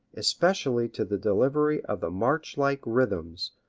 especially to the delivery of the march-like rhythms,